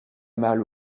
malle